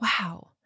wow